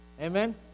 Amen